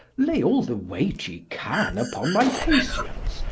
lay all the weight ye can vpon my patience,